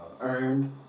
earned